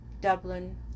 Dublin